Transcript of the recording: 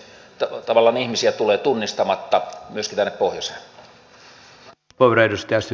nyt tavallaan ihmisiä tulee tunnistamatta myöskin tänne pohjoiseen